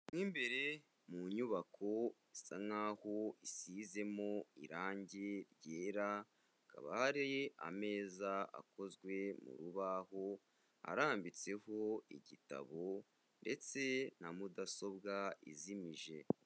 Mo imbere mu nyubako isa nk'aho isizemo irange ryera, hakaba hari ameza akozwe mu rubaho arambitseho igitabo ndetse na mudasobwa izimije.